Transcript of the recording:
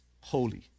holy